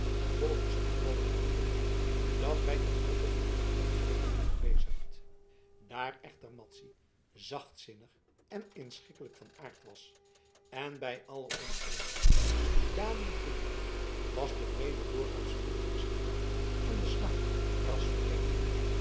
volgens het bevallige gedichtje dat wij tot motto van dit hoofdstuk hebben gebezigd daar echter madzy zachtzinnig en inschikkelijk van aard was en bij alle oneenigheid dadelijk toegaf was de vrede doorgaans spoedig hersteld en de smart ras vergeten